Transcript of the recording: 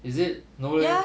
is it no leh